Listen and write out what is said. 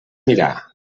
mirar